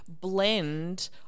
blend